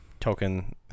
Token